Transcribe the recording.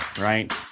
right